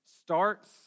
starts